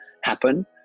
happen